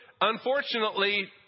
unfortunately